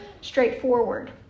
straightforward